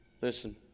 Listen